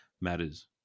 matters